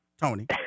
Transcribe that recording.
Tony